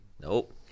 nope